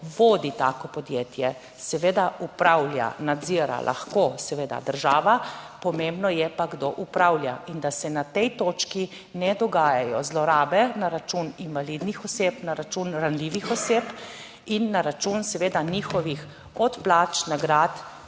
vodi tako podjetje, seveda upravlja, nadzira lahko seveda država, pomembno je pa kdo upravlja. In da se na tej točki ne dogajajo zlorabe na račun invalidnih oseb, na račun ranljivih oseb in na račun seveda njihovih, od plač, nagrad